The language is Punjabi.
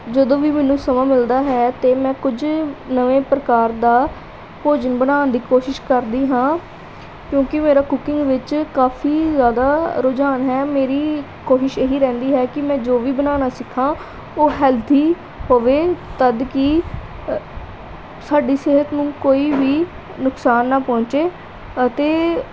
ਜਦੋਂ ਵੀ ਮੈਨੂੰ ਸਮਾਂ ਮਿਲਦਾ ਹੈ ਤਾਂ ਮੈਂ ਕੁਝ ਨਵੇਂ ਪ੍ਰਕਾਰ ਦਾ ਭੋਜਨ ਬਣਾਉਣ ਦੀ ਕੋਸ਼ਿਸ਼ ਕਰਦੀ ਹਾਂ ਕਿਉਂਕਿ ਮੇਰਾ ਕੁਕਿੰਗ ਵਿੱਚ ਕਾਫ਼ੀ ਜ਼ਿਆਦਾ ਰੁਝਾਨ ਹੈ ਮੇਰੀ ਕੋਸ਼ਿਸ਼ ਇਹ ਹੀ ਰਹਿੰਦੀ ਹੈ ਕਿ ਮੈਂ ਜੋ ਵੀ ਬਣਾਉਣਾ ਸਿੱਖਾਂ ਉਹ ਹੈਲਥੀ ਹੋਵੇ ਤਦ ਕਿ ਸਾਡੀ ਸਿਹਤ ਨੂੰ ਕੋਈ ਵੀ ਨੁਕਸਾਨ ਨਾ ਪਹੁੰਚੇ ਅਤੇ